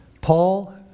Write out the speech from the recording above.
Paul